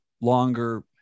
longer